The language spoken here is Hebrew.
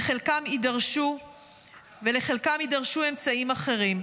ולחלקם יידרשו אמצעים אחרים.